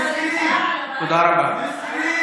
מסכנים, מסכנים